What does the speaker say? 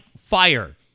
Fire